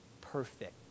perfect